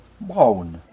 Brown